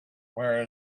where